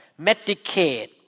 Medicaid